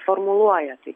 formuluoja tai